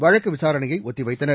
வழக்கு விசாரணையை ஒத்தி வைத்தனர்